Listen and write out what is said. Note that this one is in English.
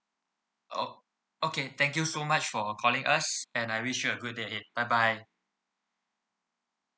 oh okay thank you so much for calling us and I wish you a good day ahead bye bye